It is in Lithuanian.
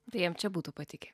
tai jam čia būtų patikę